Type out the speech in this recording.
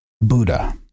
Buddha